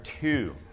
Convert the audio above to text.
two